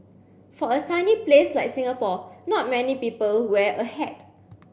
for a sunny place like Singapore not many people wear a hat